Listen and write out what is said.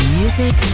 music